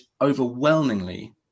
overwhelmingly